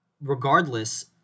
Regardless